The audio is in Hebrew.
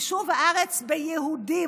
יישוב הארץ ביהודים,